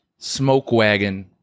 Smokewagon